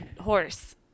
horse